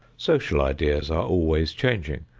social ideas are always changing.